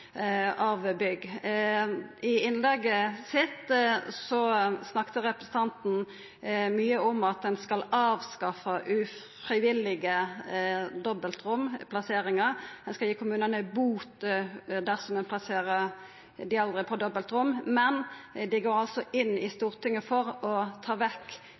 av bygg. I innlegget sitt snakka representanten mykje om at ein skal avskaffa ufrivillige dobbeltromplasseringar, ein skal gi kommunane bot dersom ein plasserer dei eldre på dobbeltrom. Men dei går altså i Stortinget inn for å ta vekk